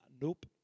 nope